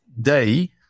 day